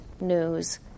news